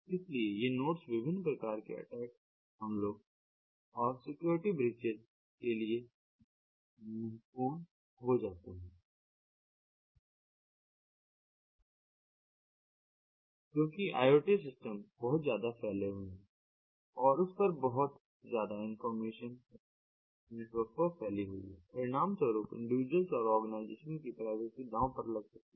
इसलिए ये नोड्स विभिन्न प्रकार के अटैक्स हमलों और सिक्योरिटी ब्रीचेस के लिए बहुत अधिक महत्वपूर्ण हो जाते हैं क्योंकि IoT सिस्टम बहुत ज्यादा फैले हुए हैं और उस पर बहुत ज्यादा इंफॉर्मेशन नेटवर्क पर फैली हुई है परिणाम स्वरूप इंडिविजुअल्स और ऑर्गेनाइजेशंस की प्राइवेसी दांव पर लग सकती है